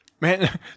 man